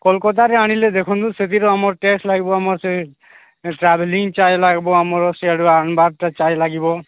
କୋଲକତାରେ ଆଣିଲେ ଦେଖନ୍ତୁ ସେଥିରୁ ଆମର ଟେଷ୍ଟ ଲାଗିବ ଆମର ସେ ଟ୍ରାଭେଲିଂ ଚାଏ ଲାଗିବ ଆମର ଚାଏ ଲାଗିବ